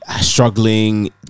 struggling